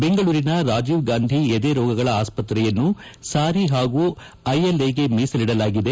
ಬೆಂಗಳೂರಿನ ರಾಜೀವ್ಗಾಂಧಿ ಎದೆರೋಗಗಳ ಆಸ್ತತೆಯನ್ನು ಸಾರಿ ಹಾಗೂ ಐಎಲ್ಐಗೆ ಮೀಸಲಿಡಲಾಗಿದೆ